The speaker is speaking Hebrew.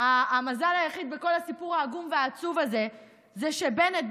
המזל היחיד בכל הסיפור העגום והעצוב הזה הוא שבנט,